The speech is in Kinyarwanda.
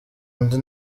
nzi